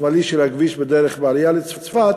השמאלי של הכביש, בדרך העלייה לצפת,